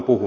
kiitos